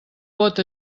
pot